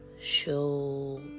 show